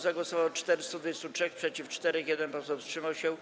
Za głosowało 423, przeciw - 4, 1 poseł wstrzymał się.